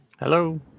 Hello